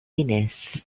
diners